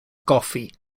goffi